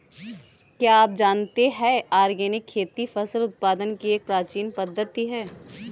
क्या आप जानते है ऑर्गेनिक खेती फसल उत्पादन की एक प्राचीन पद्धति है?